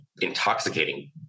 intoxicating